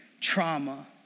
trauma